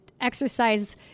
exercise